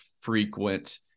frequent